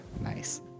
nice